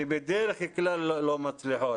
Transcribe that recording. שבדרך כלל לא מצליחות.